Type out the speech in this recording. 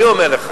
אני אומר לך.